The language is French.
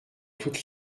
toute